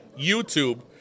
YouTube